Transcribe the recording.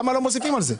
למה לא מוסיפים על זה?